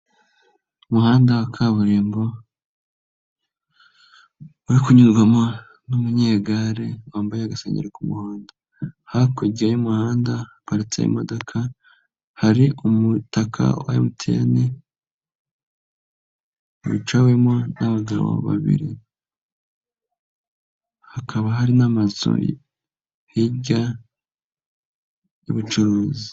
Umuhanda wa kaburimbo uri kunyurwamo n'umunyegare wambaye agasengeri k'umuhondo, hakurya y'umuhanda haparitse imodoka hari umutaka wa MTN wicawemo n'abagabo babiri, hakaba hari n'amazu hirya y'ubucuruzi.